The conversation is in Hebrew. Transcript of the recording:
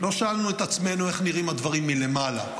לא שאלנו את עצמנו איך נראים הדברים מלמעלה,